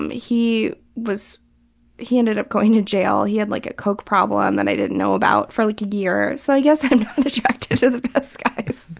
and he was he ended up going to jail. he had like a coke problem that i didn't know about for like a year. so i guess i'm not attracted to the best guys.